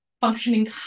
functioning